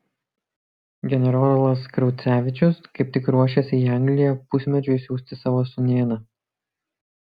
generolas kraucevičius kaip tik ruošėsi į angliją pusmečiui siųsti savo sūnėną